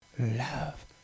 Love